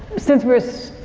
since we're,